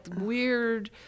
weird